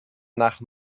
nach